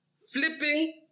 flipping